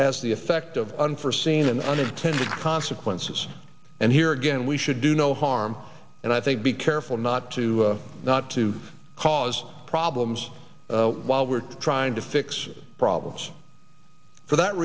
has the effect of unforseen and unintended consequences and here again we should do no harm and i think be careful not to not to cause problems while we're trying to fix problems for that